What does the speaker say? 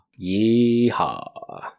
Yeehaw